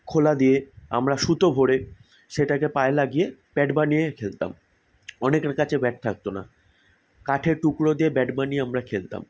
খোলা দিয়ে আমরা সুতো ভরে সেটাকে পায়ে লাগিয়ে প্যাড বানিয়ে খেলতাম অনেকের কাছে ব্যাট থাকতো না কাঠের টুকরো দিয়ে ব্যাট বানিয়ে আমরা খেলতাম